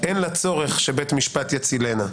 אין לה צורך שבית משפט יצילנה,